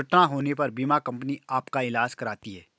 दुर्घटना होने पर बीमा कंपनी आपका ईलाज कराती है